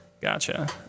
gotcha